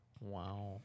Wow